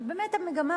אבל המגמה,